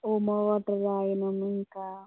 warm water తాగినాం ఇంకా